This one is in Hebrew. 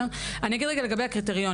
אני אגיד רגע לגבי הקריטריונים.